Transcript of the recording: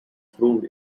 proved